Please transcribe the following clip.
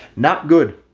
not good.